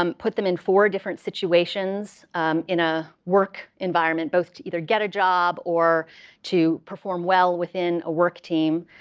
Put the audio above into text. um put them in four different situations in a work environment both to either get a job or to perform well within a work team.